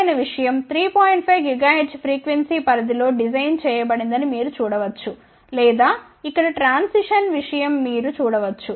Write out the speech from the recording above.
5 GHz frequency పరిధి లో design చేయబడిందని మీరు చూడవచ్చు లేదా ఇక్కడ ట్రాన్సిషన్ విషయం మీరు చూడవచ్చు